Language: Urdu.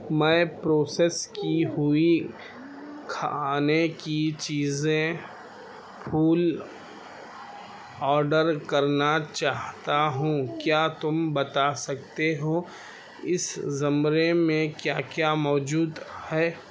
میں پروسیس کی ہوئی کھانے کی چیزیں پھول آڈر کرنا چاہتا ہوں کیا تم بتا سکتے ہو اس زمرے میں کیا کیا موجود ہے